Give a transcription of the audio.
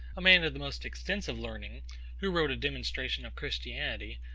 a man of the most extensive learning, who wrote a demonstration of christianity,